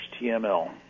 HTML